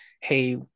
Hey